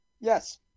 Yes